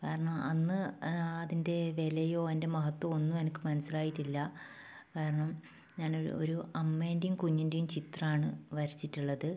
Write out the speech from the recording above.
കാരണം അന്ന് അതിൻ്റെ വിലയോ അതിൻ്റെ മഹത്വമോ ഒന്നും എനിക്ക് മനസ്സിലായിട്ടില്ല കാരണം ഞാൻ ഒരു ഒരു അമ്മേൻറ്റെം കുഞ്ഞിൻ്റെയും ചിത്രമാണ് വരച്ചിട്ടുള്ളത്